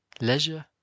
Leisure –